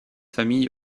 famille